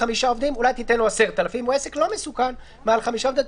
אולי תיתן לו 10,000 או עסק לא מסוכן מעל חמישה עובדים,